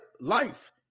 Life